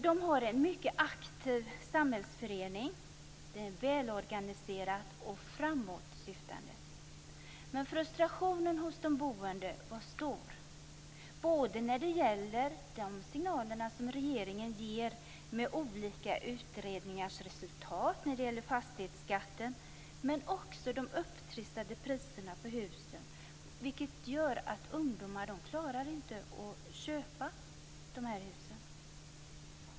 Där har man en mycket aktiv samhällsförening som är välorganiserad och framåtsyftande. Men frustrationen hos de boende var stor över de signaler som regeringen ger med olika utredningars resultat när det gäller fastighetsskatten men också över de upptrissade priserna på husen, som gör att ungdomar inte klarar att köpa dessa hus.